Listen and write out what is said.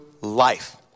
life